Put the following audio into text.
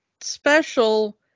special